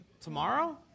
Tomorrow